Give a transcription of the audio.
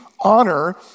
honor